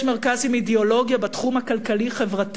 יש מרכז עם אידיאולוגיה בתחום הכלכלי-חברתי,